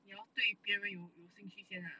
你要对别人有兴趣先 ah